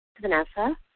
Vanessa